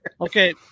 Okay